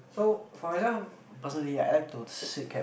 so for example personally I like to sit cab